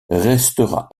restera